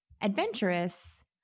adventurous